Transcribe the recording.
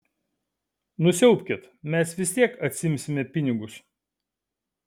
nusiaubkit mes vis tiek atsiimsime pinigus